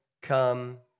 come